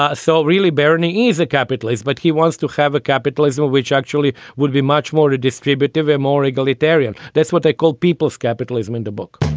ah so really, bernie eesa capitals, but he wants to have a capitalism which actually would be much more to distributive and more egalitarian. that's what they called people's capitalism in the book